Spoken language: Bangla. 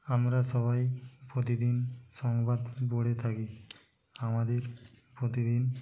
আমরা সবাই প্রতিদিন সংবাদ পড়ে থাকি আমাদের প্রতিদিন